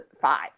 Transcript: five